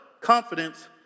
confidence